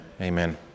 amen